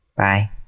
Bye